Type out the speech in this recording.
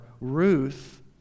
Ruth